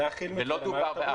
ולא דובר,